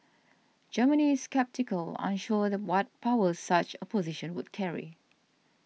Germany sceptical unsure what powers such a position would carry